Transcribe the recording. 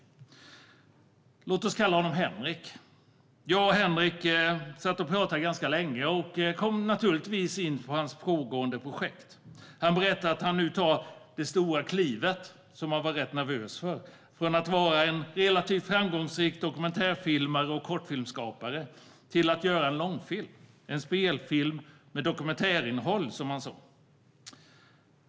Låt oss kalla honom Henrik. Jag och Henrik satt och pratade ganska länge och kom naturligtvis in på hans pågående projekt. Han berättade att han nu tar det stora klivet, som han var rätt nervös för, från att vara en relativt framgångsrik dokumentärfilmare och kortfilmsskapare till att göra en långfilm - en spelfilm med dokumentärinnehåll, som han sa.